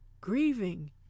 Grieving